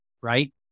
right